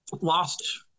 Lost